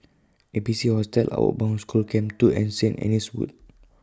A B C Hostel Outward Bound School Camp two and Saint Anne's Wood